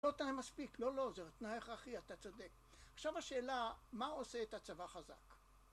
לא תנאי מספיק, לא לא זה תנאי הכרחי, אתה צודק, עכשיו השאלה, מה עושה את הצבא חזק